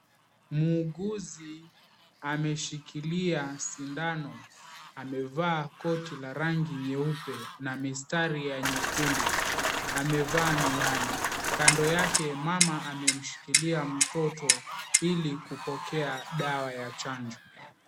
Muuguzi ameshikilia sindano amevaa koti la rangi nyeupe na mistari ya nyekundu amevaa miwani kando yake mama amemushikilia mtoto ili kupokea dawa ya chanjo.